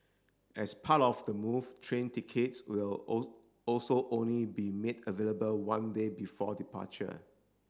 as part of the move train tickets will all also only be made available one day before departure